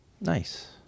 nice